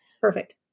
Perfect